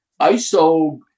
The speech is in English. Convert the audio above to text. ISO